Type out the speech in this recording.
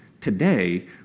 today